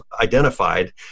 identified